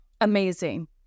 Amazing